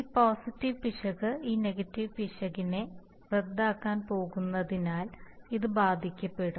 ഈ പോസിറ്റീവ് പിശക് ഈ നെഗറ്റീവ് പിശക് റദ്ദാക്കാൻ പോകുന്നതിനാൽ ഇത് ബാധിക്കപ്പെടും